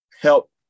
help